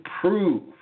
prove